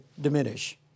diminish